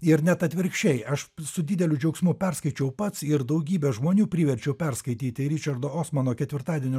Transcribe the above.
ir net atvirkščiai aš su dideliu džiaugsmu perskaičiau pats ir daugybę žmonių priverčiau perskaityti ričardo osmano ketvirtadienio